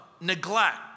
neglect